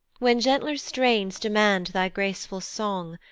when gentler strains demand thy graceful song,